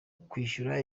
kwishyura